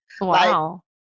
Wow